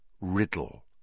Riddle